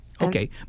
Okay